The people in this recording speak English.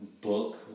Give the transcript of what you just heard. book